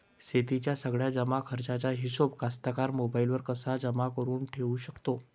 शेतीच्या सगळ्या जमाखर्चाचा हिशोब कास्तकार मोबाईलवर कसा जमा करुन ठेऊ शकते?